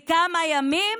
לכמה ימים,